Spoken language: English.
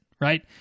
right